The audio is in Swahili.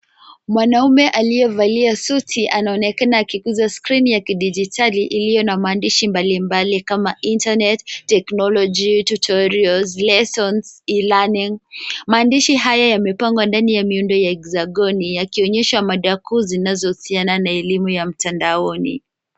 Mwanaume alie valia suti anonekena akigusa skrini ya kidigitali ilio na mandishi mbali mbali kama internet technology , tutorials , lessons , e-learning . Mandishi haya yamepangwa ndani ya miundo ya hexagoni yakionyesha madakuu zinazohusiana na elimu ya mtandaoni.